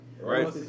Right